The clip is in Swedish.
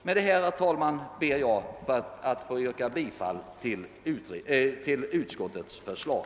Med det anförda, herr talman, ber jag att få yrka bifall till utskottets förslag.